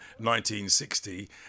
1960